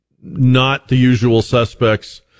not-the-usual-suspects